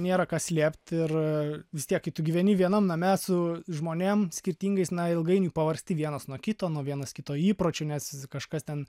nėra ką slėpt ir vis tiek kai tu gyveni vienam name su žmonėm skirtingais na ilgainiui pavargsti vienas nuo kito nuo vienas kito įpročių nes kažkas ten